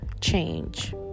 change